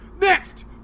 Next